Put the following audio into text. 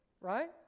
right